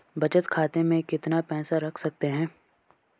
बचत खाते में कितना पैसा रख सकते हैं?